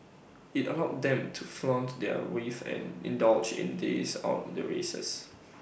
IT allowed them to flaunt their wealth and indulge in days out the races